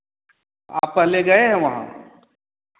आप पहले गए हैं वहाँ